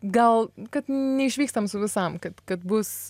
gal kad neišvykstam su visam kad kad bus